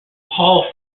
paul